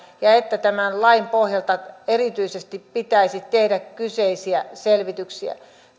ja että tämän lain pohjalta erityisesti pitäisi tehdä kyseisiä selvityksiä